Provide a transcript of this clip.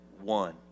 one